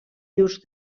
llurs